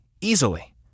easily